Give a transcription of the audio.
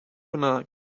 further